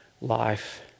life